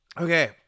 okay